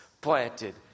planted